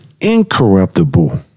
incorruptible